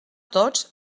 tots